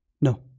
No